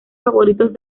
favoritos